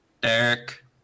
Derek